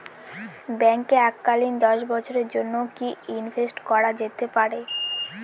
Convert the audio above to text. ব্যাঙ্কে এককালীন দশ বছরের জন্য কি ইনভেস্ট করা যেতে পারে?